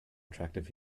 attractive